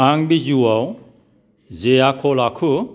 आं बे जिउआव जे आखल आखु